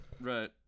Right